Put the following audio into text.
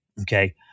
Okay